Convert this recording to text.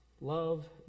love